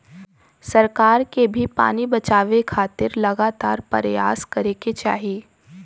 सरकार के भी पानी बचावे खातिर लगातार परयास करे के चाही